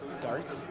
darts